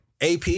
AP